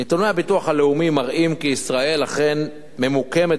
נתוני הביטוח הלאומי מראים כי ישראל אכן ממוקמת